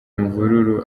imvururu